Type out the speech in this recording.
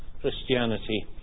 Christianity